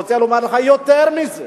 אני רוצה לומר לך יותר מזה: